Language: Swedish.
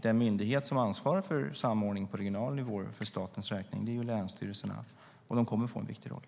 Den myndighet som ansvarar för samordning på regional nivå för statens räkning är länsstyrelserna. Och de kommer att få en viktig roll.